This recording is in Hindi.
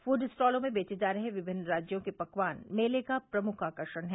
फूड स्टॉलों में बेचे जा रहे विभिन्न राज्यों के पकवान मेले का प्रमुख आकर्षण हैं